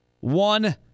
One